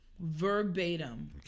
Verbatim